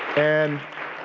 and